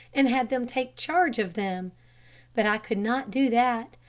and had them take charge of them but i could not do that,